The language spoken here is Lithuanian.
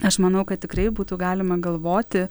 aš manau kad tikrai būtų galima galvoti